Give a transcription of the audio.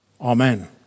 Amen